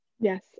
Yes